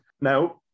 Now